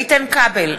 איתן כבל,